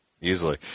Easily